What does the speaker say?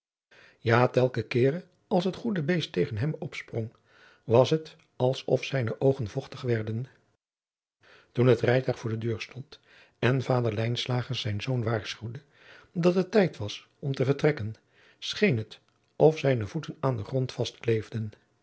ja telken keer als het goede beest tegen hem opsprong was het als of zijne oogen vochtig werden toen het rijtuig voor de deur stond en vader lijnslager zijn zoon waarschuwde dat het tijd was om te vertrekken scheen het of zijne voeten aan den grond